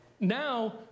Now